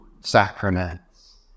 sacraments